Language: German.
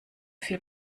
viel